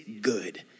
good